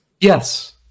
Yes